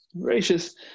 Gracious